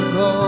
go